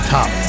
Top